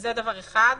זה דבר אחד.